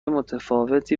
متفاوتی